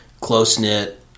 close-knit